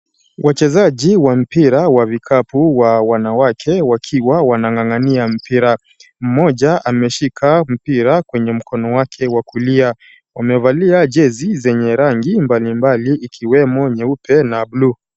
Wachezaji wa mpira wa vikapu wa wanawake wakiwa wanang'ang'ania mpira. Mmoja ameshika mpira kwenye mkono wake wa kulia; Wamevalia jezi zenye rangi mbalimbali ikiwemo nyeupe na bluu.